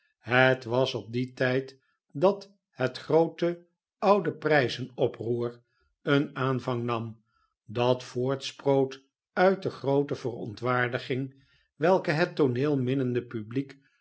het was op dien tijd dat het groote p oproer een aanvang nam dat voortsproot uit de groote verontwaardiging welke het tooneelminnende publiek